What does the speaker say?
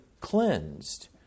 cleansed